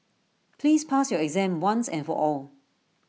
please pass your exam once and for all